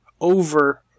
over